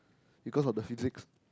because of the physics